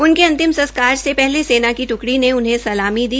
उनके अंतिम संस्कार से पहले सेना की ट्कड़ी ने उन्हें सलामी दी